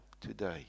today